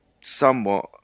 somewhat